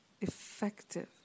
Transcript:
Effective